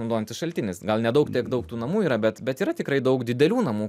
naudojantis šaltinis gal nedaug tiek daug tų namų yra bet bet yra tikrai daug didelių namų